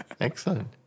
excellent